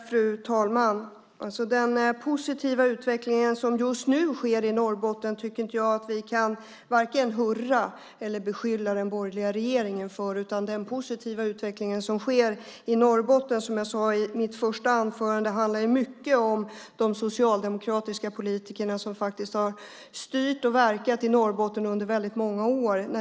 Fru talman! Den positiva utveckling som just nu sker i Norrbotten tycker jag varken att vi kan hylla eller beskylla den borgerliga regeringen för. Den positiva utveckling som sker i Norrbotten handlar, som jag sade i mitt första anförande, mycket om de socialdemokratiska politiker som faktiskt har styrt och verkat i Norrbotten under väldigt många år.